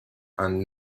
and